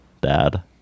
dad